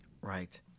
Right